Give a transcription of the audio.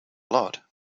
lot